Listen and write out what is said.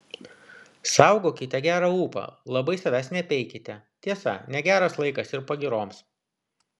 saugokite gerą ūpą labai savęs nepeikite tiesa negeras laikas ir pagyroms